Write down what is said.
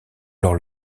alors